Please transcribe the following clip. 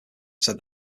said